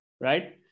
right